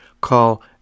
call